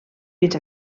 fins